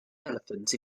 elephant